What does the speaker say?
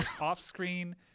off-screen